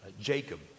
Jacob